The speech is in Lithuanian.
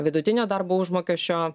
vidutinio darbo užmokesčio